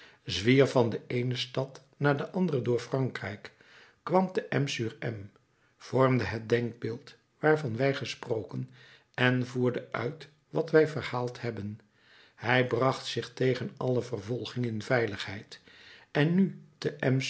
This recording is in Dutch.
zwierf van de eene stad naar de andere door frankrijk kwam te m sur m vormde het denkbeeld waarvan wij gesproken en voerde uit wat wij verhaald hebben hij bracht zich tegen alle vervolging in veiligheid en nu te